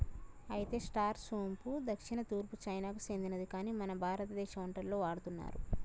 అయితే స్టార్ సోంపు దక్షిణ తూర్పు చైనాకు సెందినది కాని మన భారతదేశ వంటలలో వాడుతున్నారు